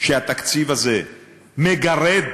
שהתקציב הזה מגרד